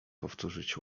powtórzyć